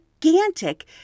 gigantic